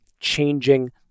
Changing